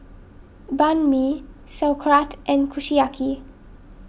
Banh Mi Sauerkraut and Kushiyaki